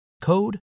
code